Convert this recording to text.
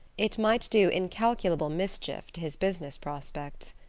it might do incalculable mischief to his business prospects.